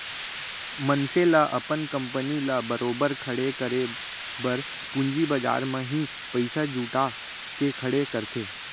मनसे ल अपन कंपनी ल बरोबर खड़े करे बर पूंजी बजार म ही पइसा जुटा के खड़े करथे